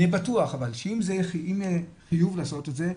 אבל אני בטוח שאם יהיה חיוב לעשות את זה,